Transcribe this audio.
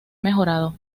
mejorado